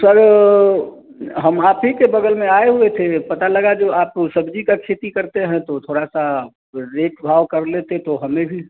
sir हम आप ही की बग़ल में आए हुए थे पता लगा जो आप सब्ज़ी का खेती करते हैं तो थोड़ा सा रेट भाव कर लेते तो हमें भी